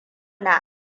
na